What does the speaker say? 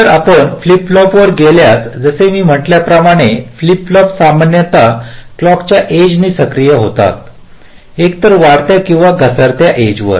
नंतर आपण फ्लिप फ्लॉपवर गेल्यास जसे मी म्हटल्या प्रमाणे फ्लिप फ्लॉप सामान्यत क्लॉकच्या एज ने सक्रिय होतात एकतर वाढत्या किंवा घसरत्या एजवर